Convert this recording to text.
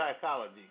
psychology